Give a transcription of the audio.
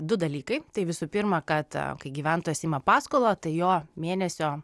du dalykai tai visų pirma kad kai gyventojas ima paskolą tai jo mėnesio